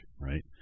right